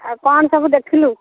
ଆଉ କ'ଣ ସବୁ ଦେଖିଲୁ